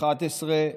התשע"א 2011,